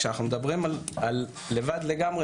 כשאנחנו מדברים על לבד לגמרי,